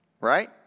right